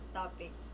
topic